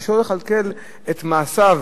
קשה לו לכלכל את מעשיו